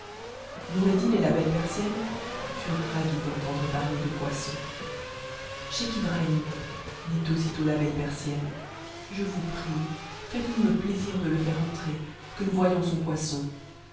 om'cddin et la belle persienne furent ravis d'entendre parler de m tissons scheicli ibrahim dit aussitôt la belle persienne je vous prie fhitfs uous le plaisir de le faire entrer que nous voyions son poisson